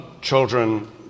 children